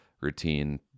routine